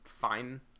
fine